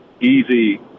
easy